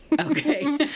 Okay